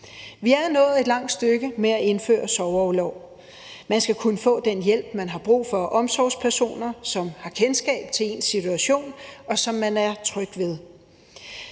Vi er nået et langt stykke med at indføre sorgorlov. Man skal kunne få den hjælp, man har brug for, af omsorgspersoner, som har kendskab til ens situation, og som man er tryg ved,